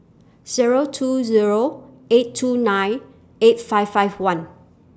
Zero two Zero eight two nine eight five five one